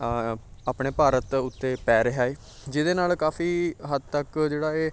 ਆਪਣੇ ਭਾਰਤ ਉਤੇ ਪੈ ਰਿਹਾ ਹੈ ਜਿਹਦੇ ਨਾਲ ਕਾਫੀ ਹੱਦ ਤੱਕ ਜਿਹੜਾ ਇਹ